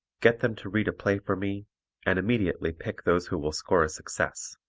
get them to read a play for me and immediately pick those who will score a success.